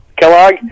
Kellogg